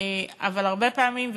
אבל הרבה פעמים,